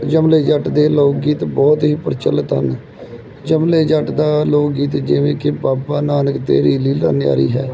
ਯਮਲੇ ਜੱਟ ਦੇ ਲੋਕ ਗੀਤ ਬਹੁਤ ਹੀ ਪ੍ਰਚਲਿਤ ਹਨ ਯਮਲੇ ਜੱਟ ਦਾ ਲੋਕ ਗੀਤ ਜਿਵੇਂ ਕਿ ਬਾਬਾ ਨਾਨਕ ਤੇਰੀ ਲੀਲਾ ਨਿਆਰੀ ਹੈ